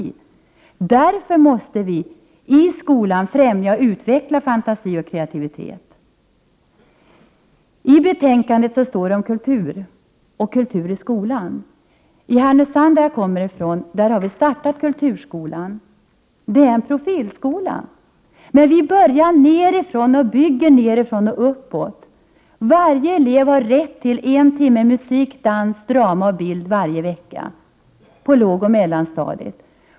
Därför måste skolan främja och utveckla fantasi och kreativitet. I betänkandet står det om kultur i skolan. I Härnösand, som jag kommer ifrån, har vi startat kulturskolan. Det är en profilskola som bygger nerifrån och uppåt. Varje elev har rätt till en timme musik, dans, drama och bild varje vecka på lågoch mellanstadiet.